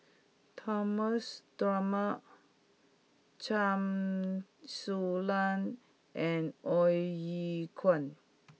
Thomas Dunman Chen Su Lan and Ong Ye Kung